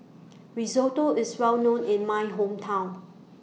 Risotto IS Well known in My Hometown